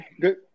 good